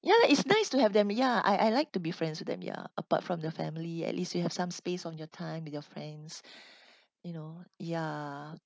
ya lah it's nice to have them ya I I like to be friends with them ya apart from the family at least you have some space on your time with your friends you know ya